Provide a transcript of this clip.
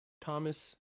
Thomas